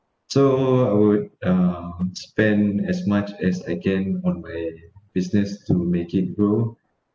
so I would uh spend as much as I can on my business to make it grow